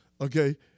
okay